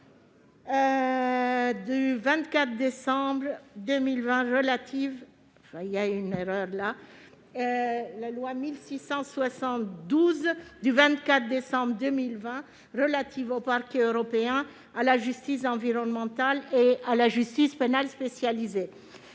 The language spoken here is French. du 24 décembre 2020 relative au Parquet européen, à la justice environnementale et à la justice pénale spécialisée.